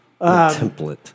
Template